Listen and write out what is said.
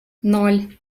ноль